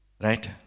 Right